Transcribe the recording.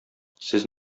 сез